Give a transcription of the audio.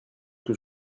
que